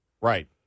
Right